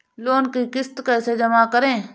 Loan की किश्त कैसे जमा करें?